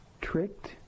tricked